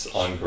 on